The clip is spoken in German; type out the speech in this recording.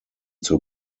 zur